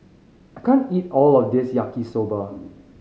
I can't eat all of this Yaki Soba